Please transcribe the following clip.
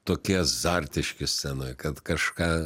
tokie azartiški scenoj kad kažką